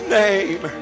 name